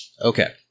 Okay